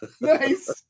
Nice